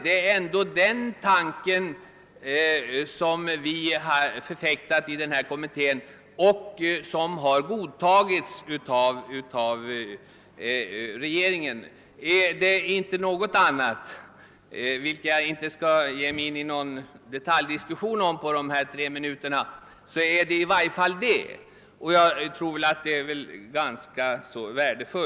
Det är ändå den tanken som vi har förfäktat i kommittén och som har godtagits i regeringen, inte någonting annat. Jag skall inte ge mig in i någon detaljdiskussion under de tre minuter som jag har till förfogande, men det är i alla fall det som jag tror är det värdefulla i kommitténs arbete.